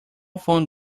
phone